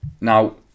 now